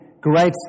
great